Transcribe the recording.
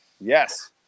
Yes